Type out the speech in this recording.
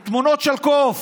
עם תמונות של קוף.